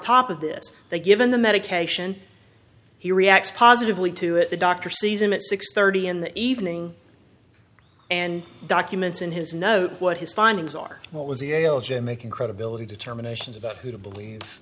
top of this they given the medication he reacts positively to it the doctor sees him at six thirty in the evening and documents in his know what his findings are what was he making credibility determinations about who to believe